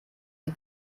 die